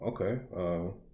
okay